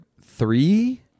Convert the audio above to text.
Three